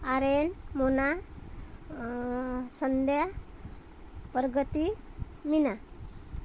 Aryan Mona Sandhya Pragati Meena